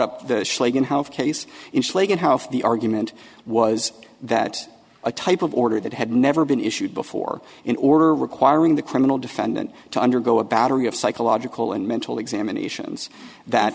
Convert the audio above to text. up the case in flake and how the argument was that a type of order that had never been issued before in order requiring the criminal defendant to undergo a battery of psychological and mental examinations that